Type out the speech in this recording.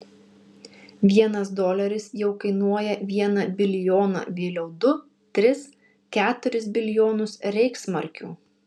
vienas doleris jau kainuoja vieną bilijoną vėliau du tris keturis bilijonus reichsmarkių